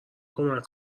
کمک